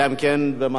אלא אם כן במערכת,